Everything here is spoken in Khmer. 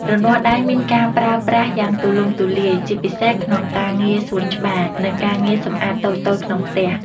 រនាស់ដៃមានការប្រើប្រាស់យ៉ាងទូលំទូលាយ ជាពិសេសក្នុងការងារសួនច្បារ និងការងារសម្អាតតូចៗក្នុងផ្ទះ។